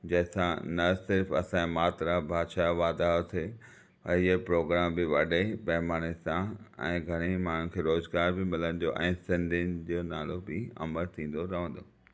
जंहिं सां न सिर्फ़ु असांजी मातृ भाषा जो वाधारो थिए त इहे प्रोगराम बि वॾे पैमाने सां ऐं घणई माण्हुनि खे रोज़गार ॿि मिलंदो ऐं सिंधीनि जो नालो बि अमरु थींदो रहंदो